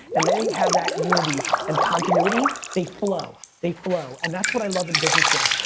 and they have that unity and continuity, they flow, they flow. and that's what i love in businesses.